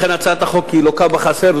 לכן הצעת החוק לוקה בחסר.